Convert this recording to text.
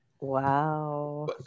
Wow